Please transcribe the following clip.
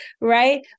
Right